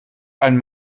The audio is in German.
ein